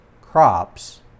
crops